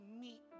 meet